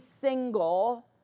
single